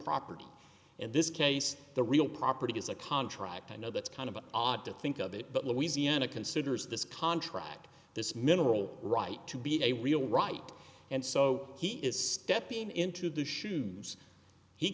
property in this case the real property is a contract i know that's kind of odd to think of it but louisiana considers this contract this mineral right to be a real right and so he is stepping into the shoes he